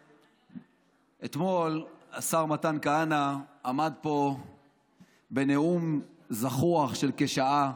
אתמול השר מתן כהנא עמד פה בנאום זחוח של כשעה,